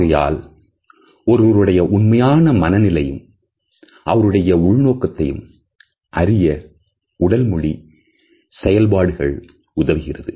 ஆகையால் ஒருவருடைய உண்மையான மனநிலையும் அவருடைய உள் நோக்கத்தையும் அறிய உடல்மொழி செயல்பாடுகள் உதவுகிறது